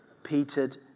Petered